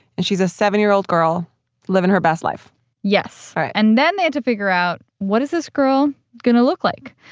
and she's a seven year old girl living her best life yes all right and then they had to figure out, what is this girl going to look like?